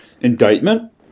indictment